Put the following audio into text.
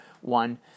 one